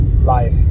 life